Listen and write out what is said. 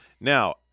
Now